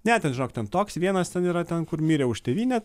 ne ten žinok ten toks vienas ten yra ten kur mirė už tėvynę